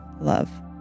love